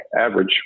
Average